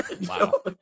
Wow